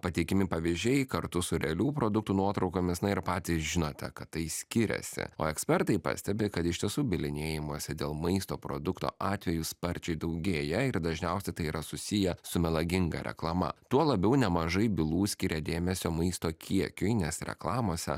pateikiami pavyzdžiai kartu su realių produktų nuotraukomis na ir patys žinote kad tai skiriasi o ekspertai pastebi kad iš tiesų bylinėjimosi dėl maisto produktų atvejų sparčiai daugėja ir dažniausiai tai yra susiję su melaginga reklama tuo labiau nemažai bylų skiria dėmesio maisto kiekiui nes reklamose